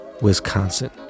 wisconsin